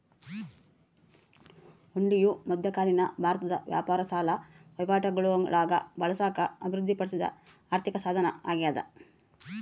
ಹುಂಡಿಯು ಮಧ್ಯಕಾಲೀನ ಭಾರತದ ವ್ಯಾಪಾರ ಸಾಲ ವಹಿವಾಟುಗುಳಾಗ ಬಳಸಾಕ ಅಭಿವೃದ್ಧಿಪಡಿಸಿದ ಆರ್ಥಿಕಸಾಧನ ಅಗ್ಯಾದ